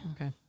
Okay